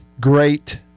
Great